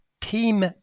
team